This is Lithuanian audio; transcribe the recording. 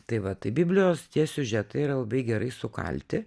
tai va tai biblijos tie siužetai yra labai gerai sukalti